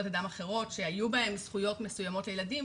אדם אחרות שהיו בהן זכויות מסוימות לילדים,